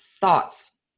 thoughts